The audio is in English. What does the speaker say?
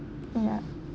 ya